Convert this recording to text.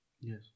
Yes